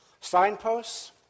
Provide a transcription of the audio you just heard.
Signposts